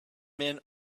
men